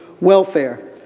welfare